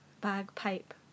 bagpipe